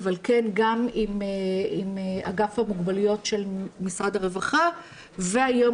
אבל גם עם אגף המוגבלויות של משרד הרווחה והיום